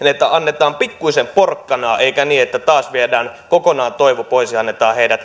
että annetaan pikkuisen porkkanaa eikä niin että taas viedään kokonaan toivo pois ja annetaan